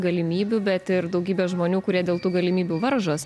galimybių bet ir daugybę žmonių kurie dėl tų galimybių varžos